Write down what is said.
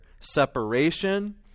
Separation